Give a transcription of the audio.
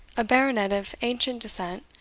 a baronet of ancient descent,